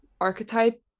archetype